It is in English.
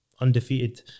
undefeated